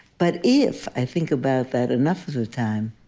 but if i think about that enough of the time,